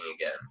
again